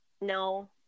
No